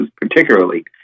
particularly